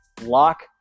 lock